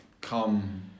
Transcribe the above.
Come